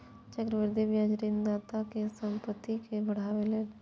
चक्रवृद्धि ब्याज ऋणदाताक संपत्ति कें बढ़ाबै छै